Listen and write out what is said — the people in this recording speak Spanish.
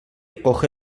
coge